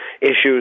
issues